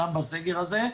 גם בסגר הזה.